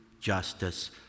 justice